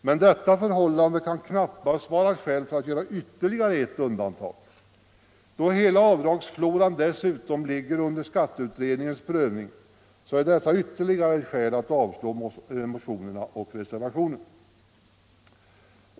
men detta förhållande kan knappast vara ett skäl för att göra ytterligare undantag. Då hela avdragsfloran dessutom ligger under skatteutredningens prövning är detta ytterligare ett skäl att avslå motionerna och reservationen 11.